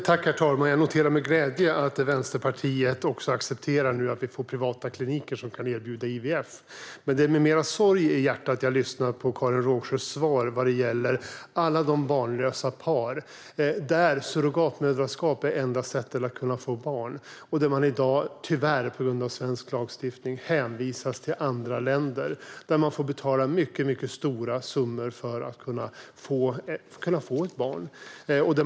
Herr talman! Jag noterar med glädje att Vänsterpartiet också accepterar att privata kliniker kan erbjuda IVF. Men det är med sorg i hjärtat som jag lyssnar till Karin Rågsjös svar när det gäller alla de barnlösa par där surrogatmoderskapet är enda sättet att kunna få barn. På grund av svensk lagstiftning hänvisas man tyvärr till andra länder där man får betala mycket stora summor för att kunna få ett barn.